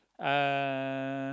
uh